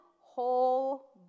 whole